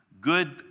Good